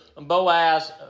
Boaz